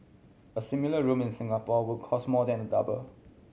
a similar room in Singapore would cost more than double